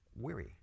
weary